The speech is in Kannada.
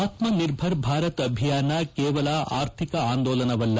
ಆತ್ಮನಿರ್ಭರ್ ಭಾರತ್ ಅಭಿಯಾನ ಕೇವಲ ಅರ್ಥಿಕ ಆಂದೋಲನವಲ್ಲ